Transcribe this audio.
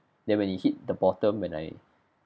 then when it hit the bottom and I